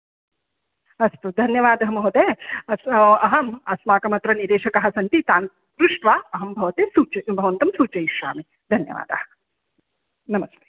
अस्तु धन्यवादः महोदय अस्तु अहम् अस्माकम् अत्र निदेशकाः सन्ति तान् पृष्ट्वा अहं भवते सूचयितुं भवन्तं सूचयिष्यामि धन्यवादाः नमस्ते